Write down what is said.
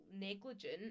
negligent